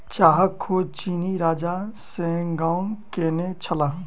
चाहक खोज चीनी राजा शेन्नॉन्ग केने छलाह